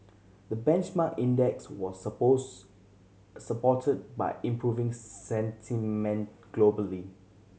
the benchmark index was suppose supported by improving sentiment globally